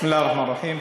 בסם אללה א-רחמאן א-רחים.